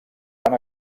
van